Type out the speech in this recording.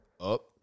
up